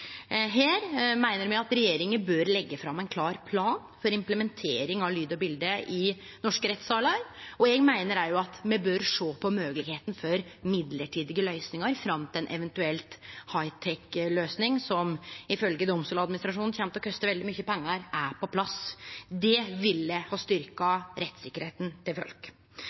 Her meiner me at regjeringa bør leggje fram ein klar plan for implementering av lyd og bilde i norske rettssalar, og eg meiner også at me bør sjå på moglegheita for mellombelse løysingar fram til ei eventuell hightech-løysing, som ifølgje Domstolsadministrasjonen kjem til å koste veldig mykje pengar, er på plass. Det ville ha styrkt rettssikkerheita til folk.